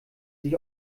sich